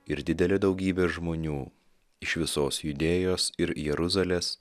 ir didelė daugybė žmonių iš visos judėjos ir jeruzalės